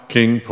King